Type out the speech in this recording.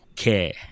Care